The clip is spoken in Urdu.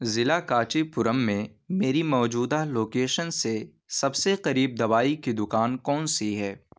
ضلع کانچی پورم میں میری موجودہ لوکیشن سے سب سے قریب دوائی کی دوکان کون سی ہے